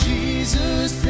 Jesus